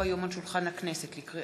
כי הונחו היום על שולחן הכנסת,